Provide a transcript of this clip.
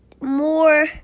more